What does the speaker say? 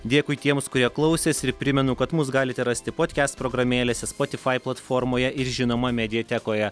dėkui tiems kurie klausėsi ir primenu kad mus galite rasti potkest programėlėse spotifai platformoje ir žinoma mediatekoje